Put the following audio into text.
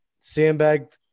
sandbag